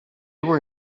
were